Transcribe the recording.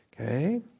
Okay